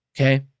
okay